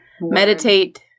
Meditate